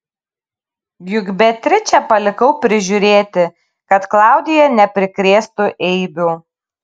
juk beatričę palikau prižiūrėti kad klaudija neprikrėstų eibių